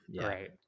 right